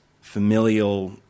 familial